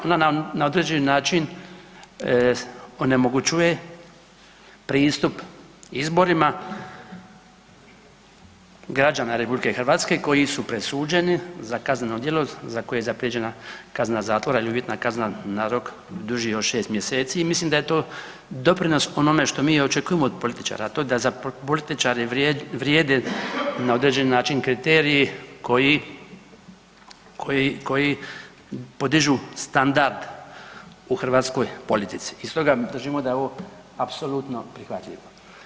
Ona na određeni način onemogućuje pristup izborima građana RH koji su presuđeni za kazneno djelo za koje je previđena kazna zatvora ili uvjetna kazna na rok duži od 6 mj. i mislim da je to doprinos onome što mi očekujemo od političara a to je da za političare vrijede na određeni način kriteriji koji podižu standard u hrvatskoj politici i stoga držimo da je ovo apsolutno prihvatljivo.